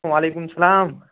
وعلیکُم اَسلام